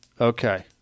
Okay